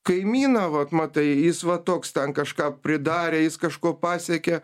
kaimyną vat matai jis va toks ten kažką pridarė jis kažko pasiekė